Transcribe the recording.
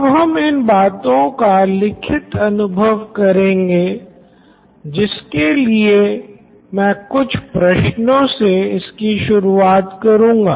अब हम इन बातों का लिखित अनुभव करेंगे जिसके लिए मैं कुछ प्रश्नों से इसकी शुरुआत करुंगा